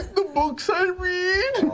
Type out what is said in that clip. the books i read,